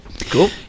Cool